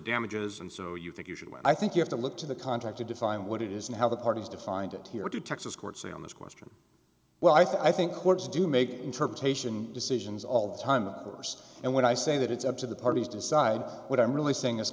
damages and so you think you should i think you have to look to the contract to define what it is and how the parties defined it here to texas court say on this question well i think courts do make interpretation decisions all the time of course and when i say that it's up to the parties decide what i'm really saying is